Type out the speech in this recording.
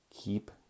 keep